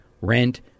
rent